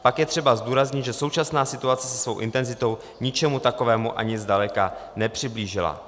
Pak je třeba zdůraznit, že současná situace se svou intenzitou ničemu takovému ani zdaleka nepřiblížila.